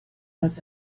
does